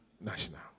national